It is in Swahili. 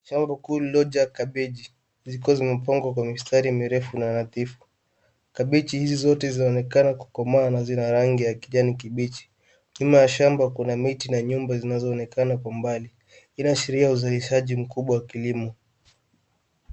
Shamba kuu lililojaa kabichi, zikiwa zimepangwa kwa mistari mirefu na nadhifu. Kabichi hizi zote zaonekana kukomaa na zina rangi ya kijani kibichi. Nyuma ya shamba kuna miti na nyumba zinazoonekana kwa umbali, inaashiria uzalishaji mkubwa wa kilimo.